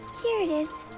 here it is.